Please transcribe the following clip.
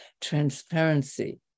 transparency